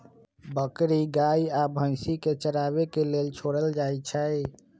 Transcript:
बकरी गाइ आ भइसी के चराबे के लेल छोड़ल जाइ छइ